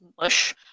mush